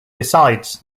besides